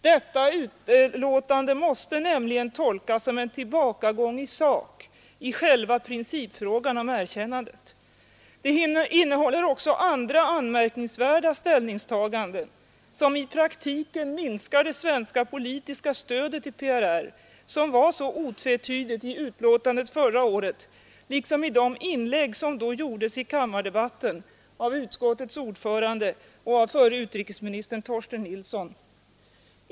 Detta utlåtande måste nämligen tolkas som en tillbakagång i sak i själva principfrågan om erkännandet. Det innehåller även andra anmärkningsvärda ställningstaganden som i praktiken minskar det svenska politiska stödet till PRR, som var så otvetydigt i betänkandet förra året liksom i de inlägg som då gjordes i kammardebatten av utskottets ordförande och av förre utrikesministern Torsten Nilsson.